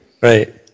right